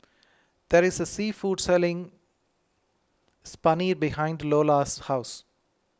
there is a sea food selling behind Iola's house